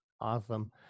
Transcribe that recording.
Awesome